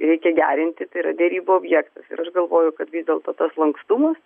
reikia gerinti tai yra derybų objektas ir aš galvoju kad vis dėlto tas lankstumas